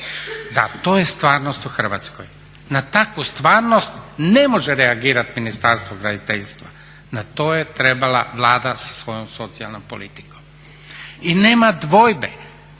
Da to je stvarnost u Hrvatskoj, na takvu stvarnost ne može reagirati Ministarstvo graditeljstva, na to je trebala Vlada sa svojom socijalnom politikom. I nema dvojbe